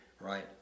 right